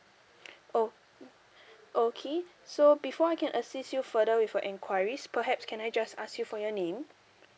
oh okay so before I can assist you further with your enquiries perhaps can I just ask you for your name